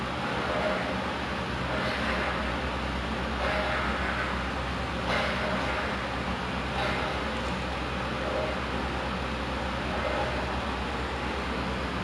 the biskut is biskut hospital lah dia tanya oh adik nak ke tak biskut hospital ini then I'm like yes please please nak like it's so good like macam like um